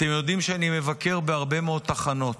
אתם יודעים שאני מבקר בהרבה מאוד תחנות.